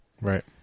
Right